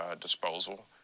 disposal